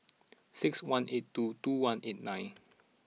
six one eight two two one eight nine